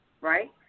Right